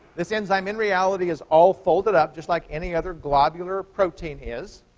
this enzyme, in reality, is all folded up, just like any other globular protein is.